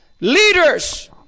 Leaders